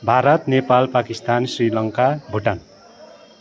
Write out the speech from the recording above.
Bharat Nepal Pakistan Sri Lanka Bhutan